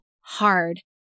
hard